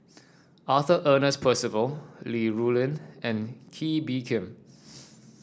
Arthur Ernest Percival Li Rulin and Kee Bee Khim